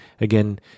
again